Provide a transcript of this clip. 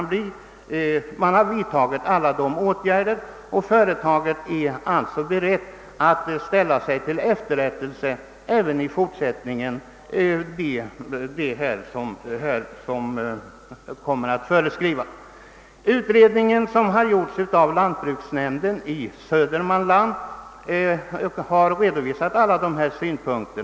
Man har vidtagit alla rekommenderade åtgärder, och företaget är berett att även i fortsättningen ställa sig till efterrättelse det som kommer att föreskrivas. Den utredning som gjorts av lantbruksnämnden i Södermanland har redovisat alla dessa synpunkter.